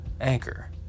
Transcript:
Anchor